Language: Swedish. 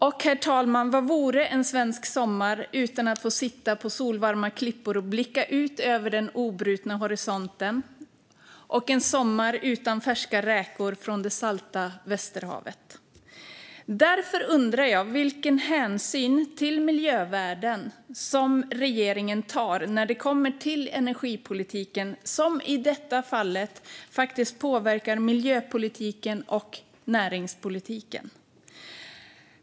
Och, herr talman, vad vore en svensk sommar utan att få sitta på solvarma klippor och blicka ut över den obrutna horisonten, eller en sommar utan färska räkor från det salta Västerhavet? Jag undrar därför vilken hänsyn till miljövärden regeringen tar när det gäller energipolitiken, som i detta fall faktiskt påverkar miljö och näringspolitiken.